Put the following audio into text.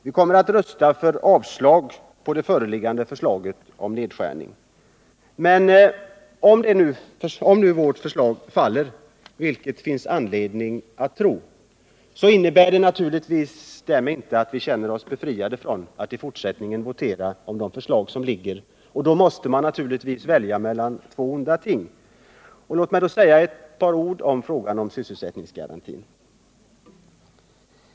Vi kommer att rösta för avslag på det föreliggande förslaget om nedskärningar. Om vårt förslag faller, vilket det finns anledning att tro, innebär det naturligtvis inte att vi därmed känner oss befriade från att i fortsättningen votera om de förslag som föreligger, och då måste vi naturligtvis välja mellan två onda ting. Låt mig säga några ord om sysselsättningsgarantin.